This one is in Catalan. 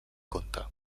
comte